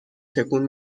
تکون